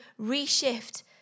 reshift